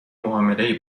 معاملهای